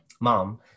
mom